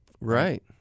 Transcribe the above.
right